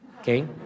okay